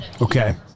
Okay